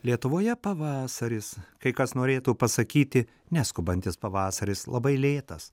lietuvoje pavasaris kai kas norėtų pasakyti neskubantis pavasaris labai lėtas